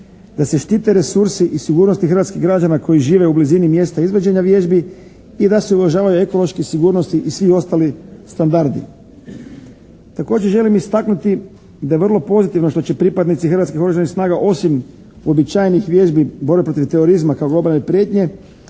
da se štite resursi i sigurnost građana hrvatskih građana koji žive u blizini mjesta izvođenja vježbi i da se uvažava ekološki, sigurnosni i svi ostali standardi. Također želim istaknuti da je vrlo pozitivno što će pripadnici Hrvatskih oružanih snaga osim uobičajenih vježbi borbe protiv terorizma kao globalne prijetnje